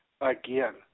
again